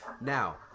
now